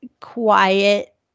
quiet